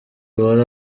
wari